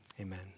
amen